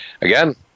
again